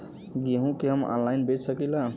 गेहूँ के हम ऑनलाइन बेंच सकी ला?